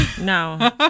No